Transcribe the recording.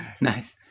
Nice